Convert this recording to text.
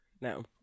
No